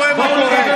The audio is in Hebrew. רואה מה קורה,